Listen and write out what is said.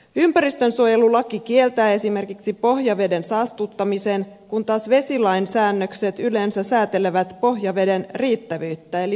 ympäristönsuojelulaki kieltää esimerkiksi pohjaveden saastuttamisen kun taas vesilain säännökset yleensä säätelevät pohjaveden riittävyyttä eli virtaamaa